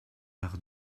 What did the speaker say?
par